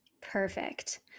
perfect